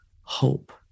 hope